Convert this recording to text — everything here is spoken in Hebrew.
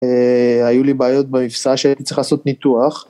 היו לי בעיות במפשעה שהייתי צריך לעשות ניתוח.